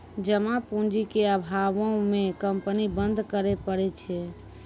जमा पूंजी के अभावो मे कंपनी बंद करै पड़ै छै